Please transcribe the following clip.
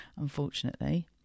unfortunately